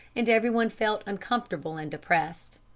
and every one felt uncomfortable and depressed.